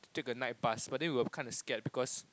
to take a night bus but then we were kinda scared because